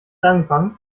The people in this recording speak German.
angefangen